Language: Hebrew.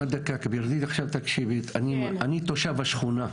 אני תושב השכונה.